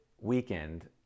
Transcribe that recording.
weekend